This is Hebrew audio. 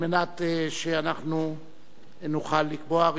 על מנת שאנחנו נוכל לקבוע.